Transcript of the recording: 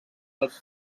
els